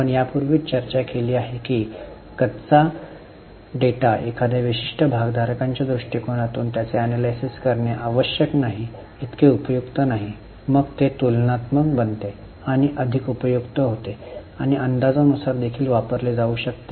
आपण यापूर्वीच चर्चा केली आहे की कच्चा डेटा एखाद्या विशिष्ट भागधारकाच्या दृष्टिकोनातून त्याचे एनलायसिस करणे आवश्यक नाही इतके उपयुक्त नाही मग ते तुलनात्मक बनते आणि अधिक उपयुक्त होते आणि अंदाजानुसार देखील वापरले जाऊ शकते